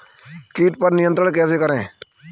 कीट पर नियंत्रण कैसे करें?